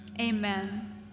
amen